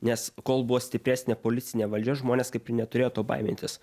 nes kol buvo stipresnė policinė valdžia žmonės kaip ir neturėjo to baimintis